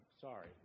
Sorry